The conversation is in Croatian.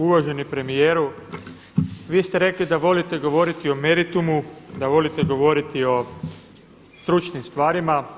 Uvaženi premijeru, vi ste rekli da volite govoriti o meritumu, da volite govoriti o stručnim stvarima.